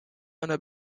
einer